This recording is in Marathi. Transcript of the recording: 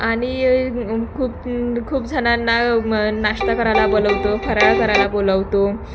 आणि खूप खूप जणांना नाश्ता करायला बोलवतो फराळ करायला बोलवतो